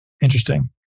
Interesting